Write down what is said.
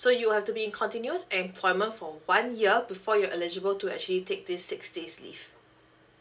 so you have to be in continuous employment for one year before you're eligible to actually take these six days leave